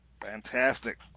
Fantastic